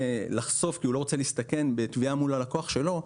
לחשוף כי הוא לא רוצה להסתכן בתביעה מול הלקוח שלו,